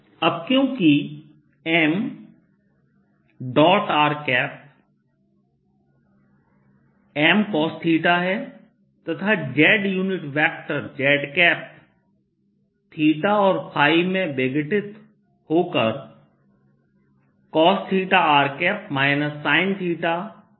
अब क्योंकिm r mcos है तथा z unit vector z theta और फाई में विघटित होकर देता है